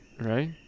right